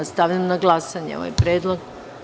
Stavljam na glasanje ovaj predlog.